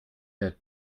der